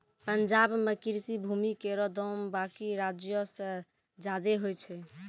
पंजाब म कृषि भूमि केरो दाम बाकी राज्यो सें जादे होय छै